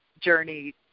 journey